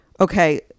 okay